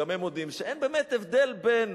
גם הם מודים שאין באמת הבדל בין